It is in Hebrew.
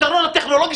הפתרון הטכנולוגי,